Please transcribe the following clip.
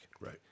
Right